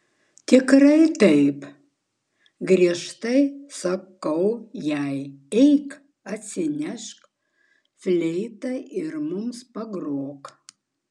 tikrai taip griežtai sakau jai eik atsinešk fleitą ir mums pagrok